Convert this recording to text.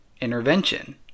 intervention